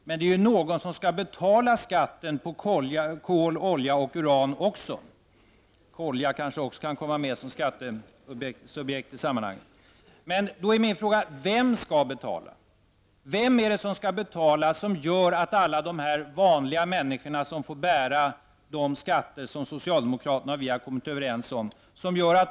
Men den någon skall ändå betala skatten på kol, olja och uran -- jag höll på att säga kolja, som kanske också kan tas med som ett skattesubjekt i sammanhanget. Min fråga är: Vem skall betala, så att vanliga människor, som får bära de skatter som socialdemokraterna och vi har kommit överens om, skyddas?